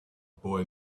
boy